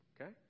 Okay